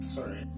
Sorry